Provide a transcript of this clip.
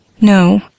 No